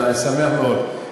אני שמח מאוד,